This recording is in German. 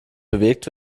bewegt